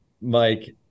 Mike